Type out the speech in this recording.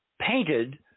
painted